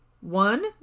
One